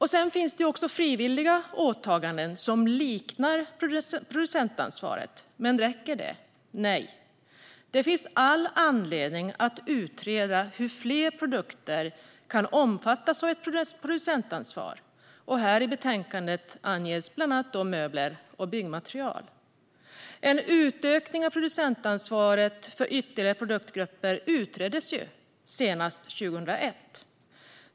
Det finns också frivilliga åtaganden som liknar producentansvaret. Räcker detta? Nej. Det finns all anledning att utreda hur fler produkter kan omfattas av ett producentansvar. I betänkandet anges bland annat möbler och byggmaterial. En utökning av producentansvaret för ytterligare produktgrupper utreddes senast 2001.